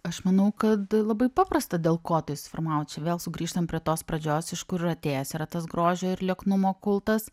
aš manau kad labai paprasta dėl ko tai suformavo čia vėl sugrįžtam prie tos pradžios iš kur atėjęs yra tas grožio ir lieknumo kultas